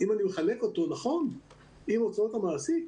שאם אני מחלק אותו נכון עם הוצאות המעסיק,